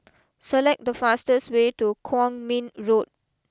select the fastest way to Kwong Min Road